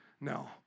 no